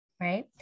right